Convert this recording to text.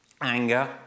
Anger